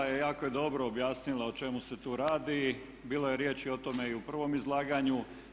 Jako je dobro objasnila o čemu se tu radi, bilo je riječi o tome i u prvom izlaganju.